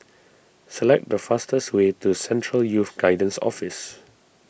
select the fastest way to Central Youth Guidance Office